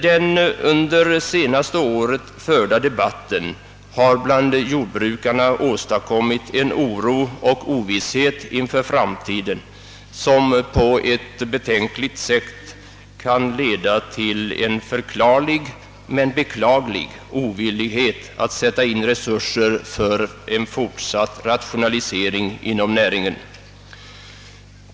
Den under det senaste året förda debatten har bland jordbrukarna åstadkommit oro och ovisshet för framtiden, något som på ett betänkligt sätt kan leda till en förklarlig men beklaglig ovillighet att sätta in resurser för en fortsatt rationalisering inom näringen.